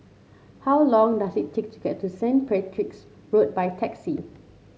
how long does it take to get to Saint Patrick's Road by taxi